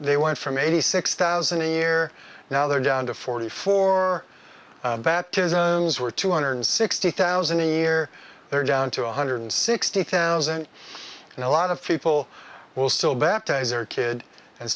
they want from eighty six thousand a year now they're down to forty four baptisms were two hundred sixty thousand a year they're down to one hundred sixty thousand and a lot of people will still baptize or kid and